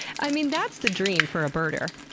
i mean that's the dream for a birder!